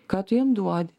ką tu jam duodi